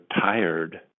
tired